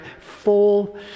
full